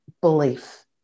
belief